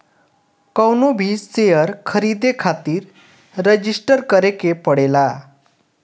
कवनो भी शेयर खरीदे खातिर रजिस्टर करे के पड़ेला